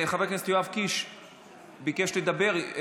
חבר הכנסת יואב קיש ביקש לדבר.